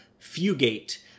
Fugate